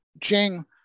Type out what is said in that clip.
Jing